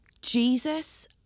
Jesus